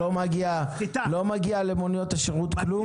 שלא מגיע למוניות שירות, כלום?